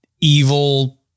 evil